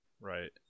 right